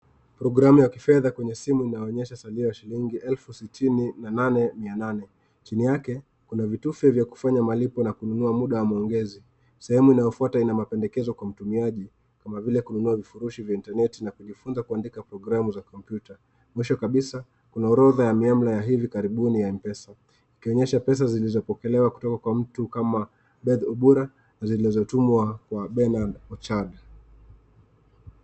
Programu ya kifedha kwenye simu inaonyesha salio la shilingi elfu sitini na nane na mia nane. Chini yake kuna vitufe vya kufanya malipo na kununua muda wa maongezi. Sehemu inayofuata ina mapendekezo kwa mtumiaji, kama vile kununua vifurushi vya interneti na kujifunza kuandika programu za kompyuta. Mwisho kabisa kuna orodha ya miamla ya hivi karibuni ya M-Pesa, ikionyesha pesa zilizopokelewa kutoka kwa mtu kama Beth Obura na zilizotumwa kwa Bernard Ochard.